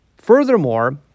Furthermore